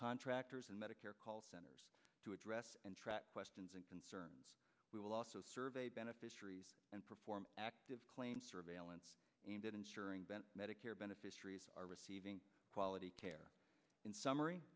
contractors and medicare call centers to address and track questions and concerns we will also survey beneficiaries and perform active claim surveillance and ensuring bent medicare beneficiaries are receiving quality care in summary